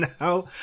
Now